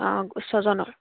অঁ ছয়জনক